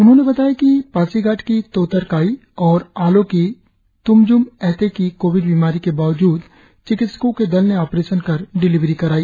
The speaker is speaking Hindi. उन्होने बताया कि पासीघाट की तोतर काई और आलो की तुमजुम ऐते की कोविड बीमारी के बावजूद चिकित्सको के दल ने ऑपरेशन कर डिलिवरी कराई